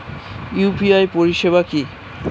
UPI পরিষেবা কি?